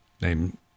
named